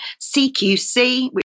CQC